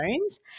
phones